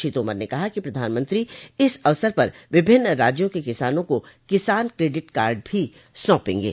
श्री तोमर ने कहा कि पधानमंत्री इस अवसर पर विभिन्न राज्यों के किसानों को किसान क्रेडिट कार्ड भी सौंपेंगे